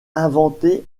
inventé